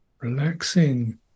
Relaxing